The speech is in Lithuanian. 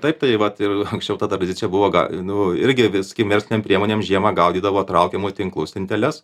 taip tai vat ir anksčiau ta tradicija buvo nu irgi vis kai verslinėm priemonėm žiemą gaudydavo traukiamuoju tinklu stinteles